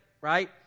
right